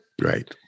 Right